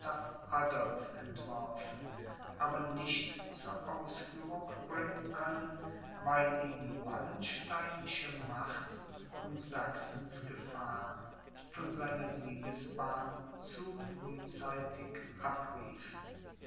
adolph entworfen aber nicht zur ausführung bringen können weil ihn die wallensteinische macht und sachsens gefahr von seiner siegesbahn zu frühzeitig abriefen